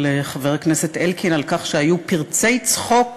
חבר הכנסת אלקין על כך שהיו פרצי צחוק